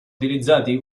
utilizzati